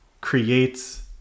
creates